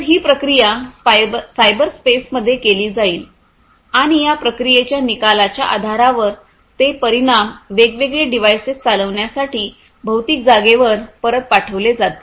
तर ही प्रक्रिया सायबरस्पेसमध्ये केली जाईल आणि या प्रक्रिये च्या निकालांच्या आधारावर ते परिणाम वेगवेगळे डिव्हाइसेस चालविण्यासाठी भौतिक जागेवर परत पाठविले जातील